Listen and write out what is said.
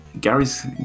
Gary's